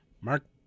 Mark